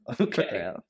Okay